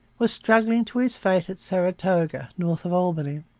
was struggling to his fate at saratoga, north of albany.